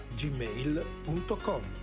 gmail.com